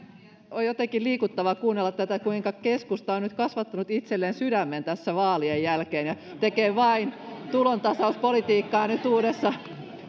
on jotenkin liikuttavaa kuunnella tätä kuinka keskusta on nyt kasvattanut itselleen sydämen tässä vaalien jälkeen ja tekee vain tulontasauspolitiikkaa nyt uudessa